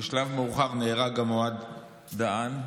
ובשלב מאוחר נהרג גם אוהד דהן,